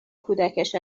کودکش